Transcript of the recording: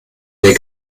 der